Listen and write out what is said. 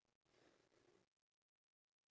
okay it's a wrap